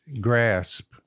grasp